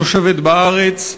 נושבת בארץ,